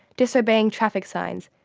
disobeying traffic signs,